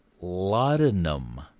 Laudanum